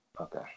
Okay